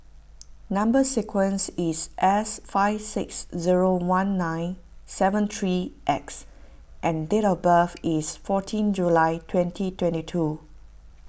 Number Sequence is S five six zero one nine seven three X and date of birth is fourteen July twenty twenty two